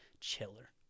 chiller